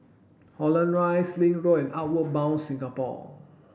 Holland Rise Link Road and Outward Bound Singapore